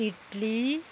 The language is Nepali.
इटली